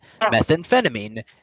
methamphetamine